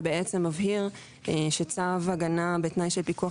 ובעצם מבהיר שצו הגנה בתנאי של פיקוח